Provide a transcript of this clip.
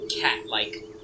cat-like